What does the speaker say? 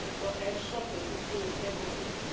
but had suffered the full penalty,